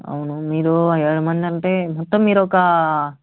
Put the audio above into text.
అవును మీరు ఏడు మందంటే మొత్తం మీరోకా